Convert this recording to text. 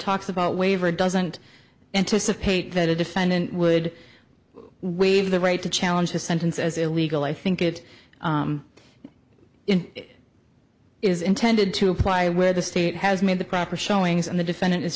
talks about waiver doesn't anticipate that a defendant would waive the right to challenge the sentence as illegal i think it is intended to apply where the state has made the proper showings and the defendant is